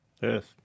Yes